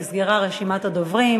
נסגרה רשימת הדוברים,